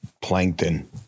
plankton